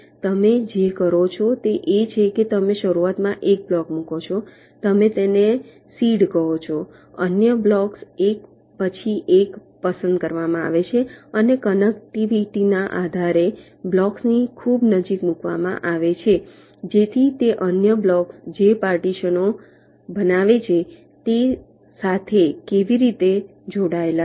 તમે જે કરો છો તે એ છે કે તમે શરૂઆતમાં એક બ્લોક મૂકો છો તમે તેને સીડ કહો છો અન્ય બ્લોક્સ એક પછી એક પસંદ કરવામાં આવે છે અને કનેક્ટિવિટીના આધારે બ્લોક્સની નજીક મૂકવામાં આવે છે કે જેથી તે અન્ય બ્લોક્સ જે પાર્ટીશનો બનાવે છે તે સાથે કેવી રીતે જોડાયેલા છે